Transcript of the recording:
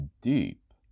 deep